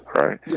right